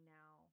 now